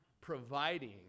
providing